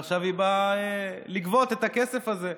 ועכשיו היא באה לגבות את הכסף הזה.